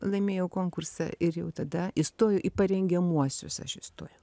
laimėjau konkursą ir jau tada įstojau į parengiamuosius aš įstojau